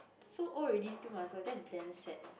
so old already still must work that's damn sad